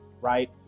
right